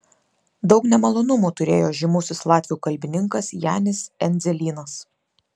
daug nemalonumų turėjo žymusis latvių kalbininkas janis endzelynas